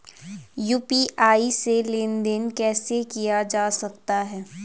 UPI से लेनदेन कैसे किया जा सकता है?